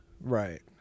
Right